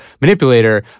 manipulator